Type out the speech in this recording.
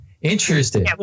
interesting